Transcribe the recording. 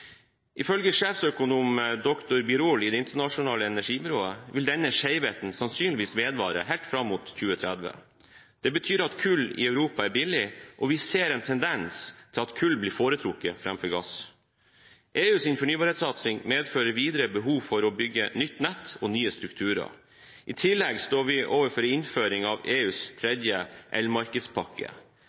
Ifølge sjefsøkonom doktor Birol i Det internasjonale energibyrået vil denne skjevheten sannsynligvis vedvare helt fram mot 2030. Det betyr at kull i Europa er billig, og vi ser en tendens til at kull blir foretrukket framfor gass. EUs fornybarhetssatsing medfører videre behov for å bygge nytt nett og nye strukturer. I tillegg står vi overfor en innføring av tredje EUs elmarkedspakke.